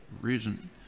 reason